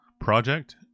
project